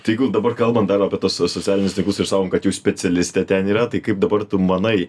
tai jeigu dabar kalbant dar apie tuos socialinius takus ir sakom kad jūs specialistė ten yra tai kaip dabar tu manai